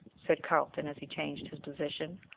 said carlton, as he changed his position.